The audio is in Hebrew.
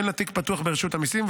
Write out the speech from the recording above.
שאין לה תיק פתוח ברשות המיסים,